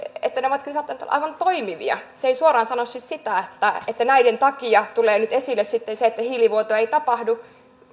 että ne ovatkin saattaneet olla aivan toimivia se ei suoraan sano siis sitä että näiden takia tulee nyt esille sitten se että hiilivuotoa ei tapahdu